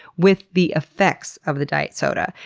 with the affects of the diet soda.